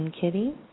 Kitty